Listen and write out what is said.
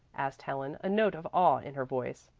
asked helen, a note of awe in her voice.